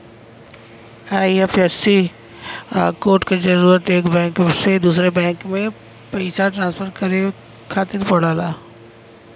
IFSC code क जरूरत एक बैंक से दूसरे बैंक में पइसा ट्रांसफर करे खातिर पड़ला